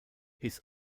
his